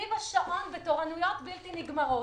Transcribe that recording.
סביב השעון בתורנויות בלתי נגמרות.